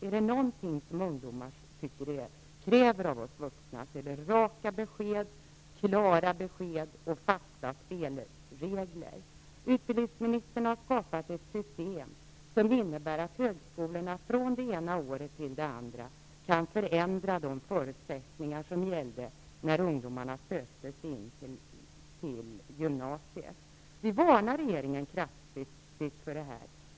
Är det någonting som ungdomar kräver av oss vuxna, så är det raka och klara besked och fasta spelregler. Utbildningsministern har skapat ett system som innebär att högskolorna från det ena året till det andra kan förändra de förutsättningar som gällde när ungdomarna sökte in till gymnasiet. Vi varnade regeringen för det här.